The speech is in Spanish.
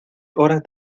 horas